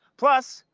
plus,